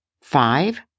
Five